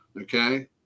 Okay